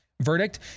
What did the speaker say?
Verdict